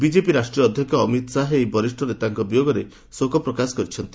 BJP ରାଷ୍ଟ୍ରୀୟ ଅଧ୍ୟକ୍ଷ ଅମିତ ଶାହା ଏହି ବରିଷ୍ଣ ରାଜନେତାଙ୍କ ବିୟୋଗରେ ଶୋକ ପ୍ରକାଶ କରିଛନ୍ତି